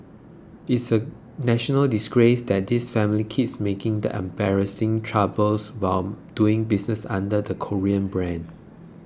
it's a national disgrace that this family keeps making the embarrassing troubles while doing business under the 'Korean' brand